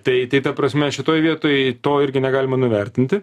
tai tai ta prasme šitoj vietoj to irgi negalima nuvertinti